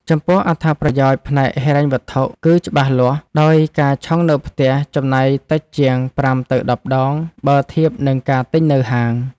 ចំពោះអត្ថប្រយោជន៍ផ្នែកហិរញ្ញវត្ថុគឺច្បាស់លាស់ ដោយការឆុងនៅផ្ទះចំណាយតិចជាង ៥ ទៅ ១០ ដង បើធៀបនឹងការទិញនៅហាង។